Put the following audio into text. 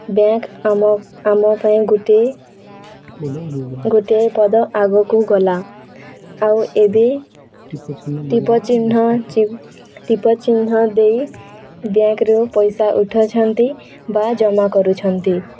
bank ଆମ ଆମ ପାଇଁ ଗୋଟଏ ଗୋଟିଏ ପଦ ଆଗକୁ ଗଲା ଆଉ ଏବେ ଟୀପ ଚିହ୍ନ ଟୀପ ଚିହ୍ନ ଦେଇ ବ୍ୟାଙ୍କରୁ ପଇସା ଉଠୁଛନ୍ତି ବା ଜମା କରୁଛନ୍ତି